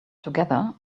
together